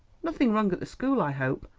nothing wrong at the school, i hope?